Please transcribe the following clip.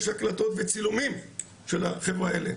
יש הקלטות וצילומים של החבר'ה האלה.